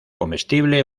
comestible